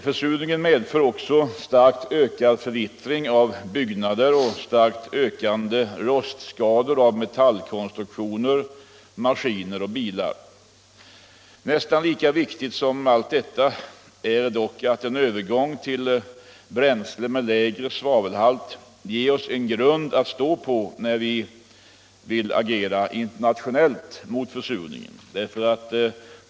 Försurningen medför också starkt ökad förvittring av byggnader och starkt ökande rostskador på metallkonstruktioner, maskiner och bilar. Nästan lika viktigt som allt detta är dock att en övergång till bränsle med lägre svavelhalt ger oss en grund att stå på när vi vill agera internationellt mot försurningen.